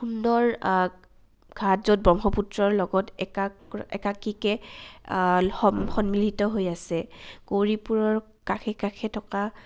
সুন্দৰ ঘাট য'ত ব্ৰহ্মপুত্ৰৰ লগত একাক একাকীকে সন্মিলিত হৈ আছে গৌৰীপুৰৰ কাষে কাষে থকা